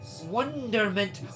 wonderment